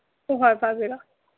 ꯍꯣꯏ ꯍꯣꯏ ꯄꯥꯕꯤꯔꯣ